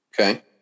Okay